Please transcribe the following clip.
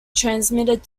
transmitted